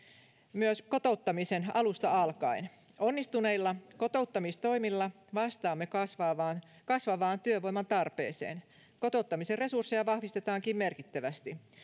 myös kotouttamisen alusta alkaen onnistuneilla kotouttamistoimilla vastaamme kasvavaan kasvavaan työvoiman tarpeeseen kotouttamisen resursseja vahvistetaankin merkittävästi